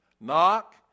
knock